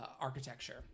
architecture